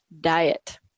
Diet